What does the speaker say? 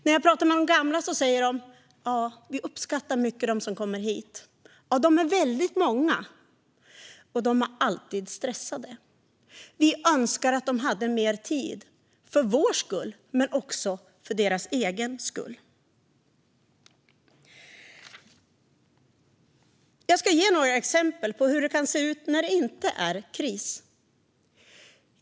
När jag pratar med de gamla säger de: "Vi uppskattar mycket dem som kommer hit. De är väldigt många, och de är alltid stressade. Vi önskar att de hade mer tid, för vår skull men också för deras egen skull." Jag ska ge några exempel på hur det kan se ut när det inte är kris.